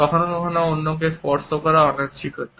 কখনও কখনও অন্যকে স্পর্শ করাও অনিচ্ছাকৃত